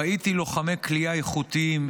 ראיתי לוחמי כליאה איכותיים,